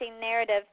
narrative